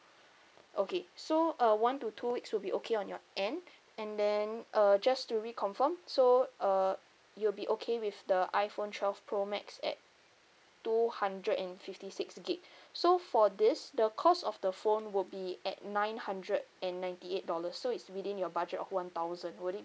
okay so uh one to two weeks will be okay on your end and then uh just to reconfirm so uh you'll be okay with the iphone twelve pro max at two hundred and fifty six gig so for this the cost of the phone would be at nine hundred and ninety eight dollars so it's within your budget of one thousand would it